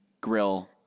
grill